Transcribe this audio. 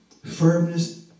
firmness